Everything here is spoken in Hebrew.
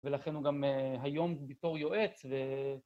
ולכן הוא גם היום בתור יועץ ו...